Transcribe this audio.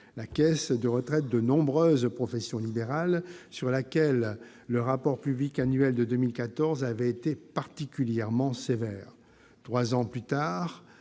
la caisse de retraite de nombreuses professions libérales, sur laquelle le rapport public annuel de 2014 avait été particulièrement sévère. Trois ans plus tard,